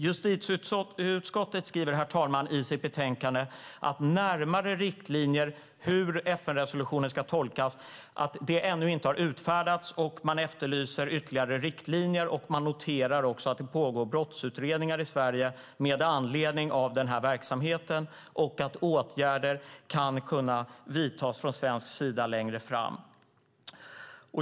Justitieutskottet skriver i sitt betänkande, herr talman, att närmare riktlinjer för hur FN-resolutionen ska tolkas ännu inte har utfärdats, och man efterlyser ytterligare riktlinjer. Man noterar också att det pågår brottsutredningar i Sverige med anledning av denna verksamhet och att åtgärder kan komma att vidtas från svensk sida längre fram.